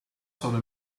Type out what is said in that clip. sono